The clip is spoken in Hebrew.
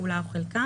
כולה או חלקה,